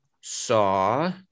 saw